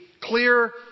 clear